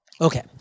Okay